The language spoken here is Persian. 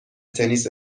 تنیس